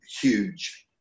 huge